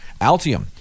Altium